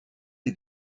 est